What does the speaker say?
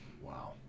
Wow